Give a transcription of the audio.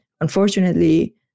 Unfortunately